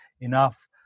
enough